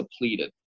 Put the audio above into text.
depleted